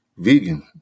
vegan